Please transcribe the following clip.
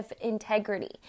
integrity